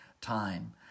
time